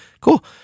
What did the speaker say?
Cool